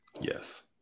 Yes